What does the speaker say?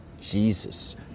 Jesus